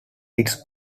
its